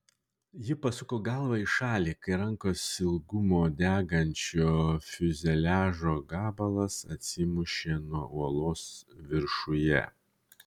ji pasuko galvą į šalį kai rankos ilgumo degančio fiuzeliažo gabalas atsimušė nuo uolos viršuje